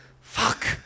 Fuck